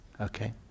Okay